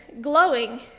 glowing